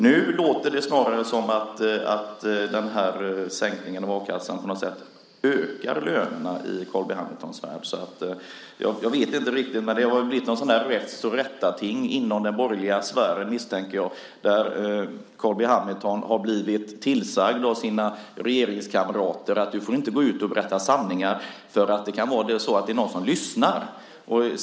Nu låter det snarare som att den här sänkningen av a-kassan på något sätt ökar lönerna i Carl B Hamiltons värld. Jag vet inte riktigt, men jag misstänker att det har varit något slags räfst och rättarting inom den borgerliga sfären, där Carl B Hamilton har blivit tillsagd av sina regeringskamrater att han inte får gå ut och berätta sanningar för det kan vara någon som lyssnar.